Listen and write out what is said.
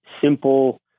simple